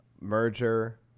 merger